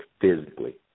physically